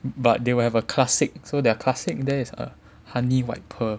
but they will have a classic so their classic there is a honey white pearl